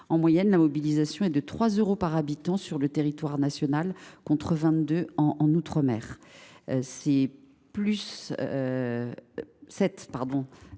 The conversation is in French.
En moyenne, la mobilisation est de 3 euros par habitant sur le territoire national contre 22 euros en outre mer. Cette forte